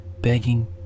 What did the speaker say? begging